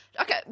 Okay